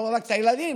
לא רק את הילדים.